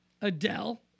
Adele